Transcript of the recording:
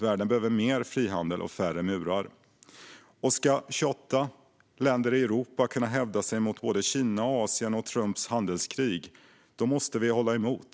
Världen behöver mer frihandel och färre murar. Och ska 28 länder i Europa kunna hävda sig mot Kina, Asien och Trumps handelskrig måste vi hålla emot.